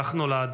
כך נולד